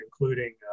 including